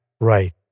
right